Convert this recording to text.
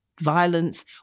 violence